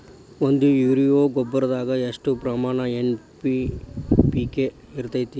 ಒಂದು ಯೂರಿಯಾ ಗೊಬ್ಬರದಾಗ್ ಎಷ್ಟ ಪ್ರಮಾಣ ಎನ್.ಪಿ.ಕೆ ಇರತೇತಿ?